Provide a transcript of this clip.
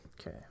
Okay